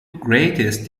greatest